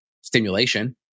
stimulation